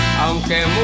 aunque